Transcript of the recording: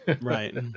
Right